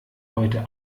heute